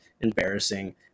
embarrassing